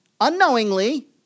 unknowingly